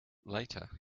later